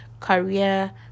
career